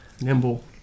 Nimble